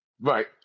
Right